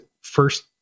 first